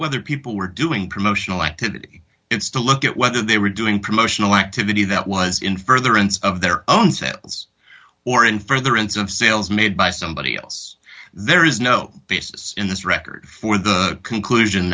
whether people were doing promotional activity it's to look at whether they were doing promotional activity that was in furtherance of their own sense or in furtherance of sales made by somebody else there is no basis in this record for the conclusion